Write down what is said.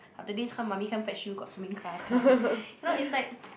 after this come mommy come fetch you got swimming class kind of thing you know it's like